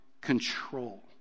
control